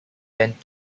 bent